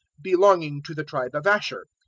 belonging to the tribe of asher.